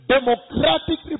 Democratic